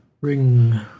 ring